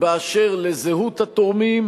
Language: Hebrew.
על זהות התורמים,